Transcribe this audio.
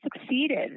succeeded